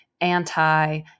anti